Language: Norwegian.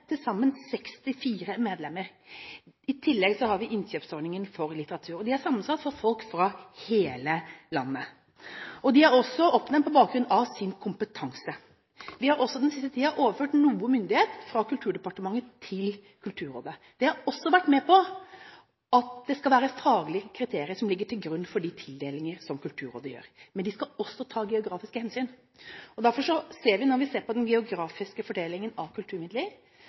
til sammen 64 medlemmer. I tillegg har vi innkjøpsordningen for litteratur. De er sammensatt av folk fra hele landet. De er også oppnevnt på bakgrunn av sin kompetanse. Vi har den siste tiden også overført noe myndighet fra Kulturdepartementet til Kulturrådet. Det har vært gjort med tanke på at det skal ligge faglige kriterier til grunn for de tildelinger som Kulturrådet gjør. Men man skal også ta geografiske hensyn. Derfor ser vi, når vi ser på den geografiske fordelingen av kulturmidler,